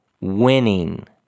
winning